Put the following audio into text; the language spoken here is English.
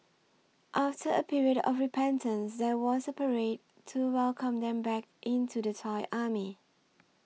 after a period of repentance there was a parade to welcome them back into the Thai Army